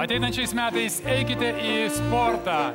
ateinančiais metais eikite į sportą